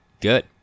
good